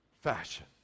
fashion